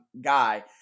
guy